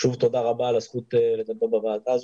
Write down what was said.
שוב תודה רבה על הזכות לדבר בוועדה הזו,